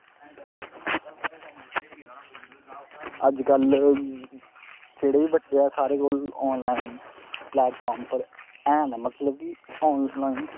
अज्जकल जेह्ड़े बी बच्चे साढ़े कोल आनलाइन प्लैटफार्म उप्पर हैन मतलब कि आनलाइन